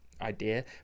idea